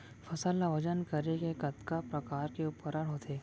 फसल ला वजन करे के कतका प्रकार के उपकरण होथे?